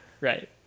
Right